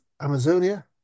Amazonia